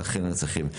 ולכן, הם זקוקים לחניות.